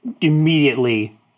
immediately